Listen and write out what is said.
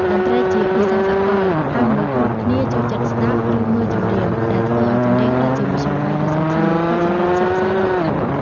តន្ត្រីជាភាសាសកល ហើយមនុស្សគ្រប់គ្នាចូលចិត្តស្ដាប់ ឬមើលចម្រៀង ដែលធ្វើឲ្យចម្រៀងក្លាយជាមធ្យោបាយដ៏សំខាន់បំផុតសម្រាប់ផ្សព្វផ្សាយវប្បធម៌។